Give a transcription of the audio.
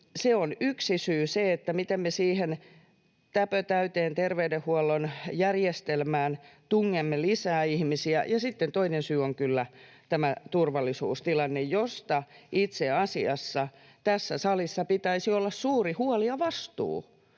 se on yksi syy: miten me siihen täpötäyteen terveydenhuollon järjestelmään tungemme lisää ihmisiä? Ja sitten toinen syy on kyllä tämä turvallisuustilanne, josta itse asiassa tässä salissa pitäisi olla suuri huoli ja vastuu.